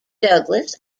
douglas